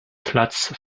platz